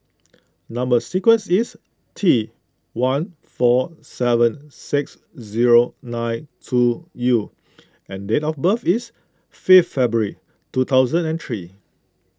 Number Sequence is T one four seven six zero nine two U and date of birth is fifth February two thousand and three